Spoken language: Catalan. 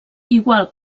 igual